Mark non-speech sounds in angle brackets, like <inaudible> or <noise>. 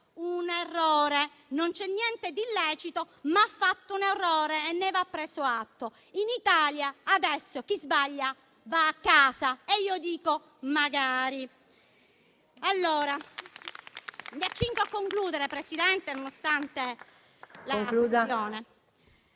un errore. Non c'è niente di illecito ma ha fatto un errore e ne va preso atto. In Italia adesso chi sbaglia va a casa». Io dico: magari|! <applause> Mi accingo a concludere, Presidente, e voglio